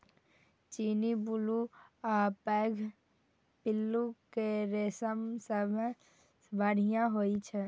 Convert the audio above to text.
चीनी, बुलू आ पैघ पिल्लू के रेशम सबसं बढ़िया होइ छै